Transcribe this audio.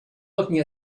looking